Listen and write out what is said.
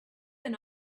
and